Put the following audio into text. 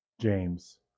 James